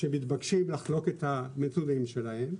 שמתבקשים לחלוק את הנתונים שלהם,